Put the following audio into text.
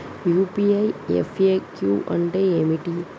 UPI FAQ అంటే ఏమిటి?